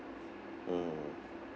mm